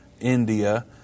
India